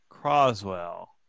Croswell